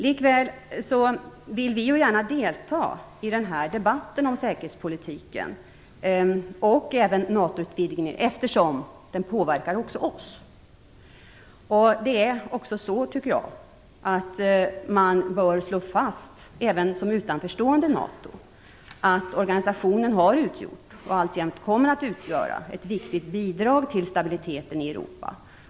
Likväl vill vi gärna delta i debatten om säkerhetspolitiken och NATO-utvidgningen eftersom den påverkar också oss. Man bör slå fast även som utanförstående NATO att organisationen har utgjort och alltjämt kommer att utgöra ett viktigt bidrag till stabiliteten i Europa.